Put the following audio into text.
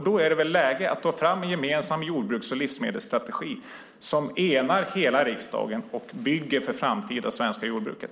Då är det väl läge att ta fram en gemensam jordbruks och livsmedelsstrategi som enar hela riksdagen och bygger för det framtida svenska jordbruket.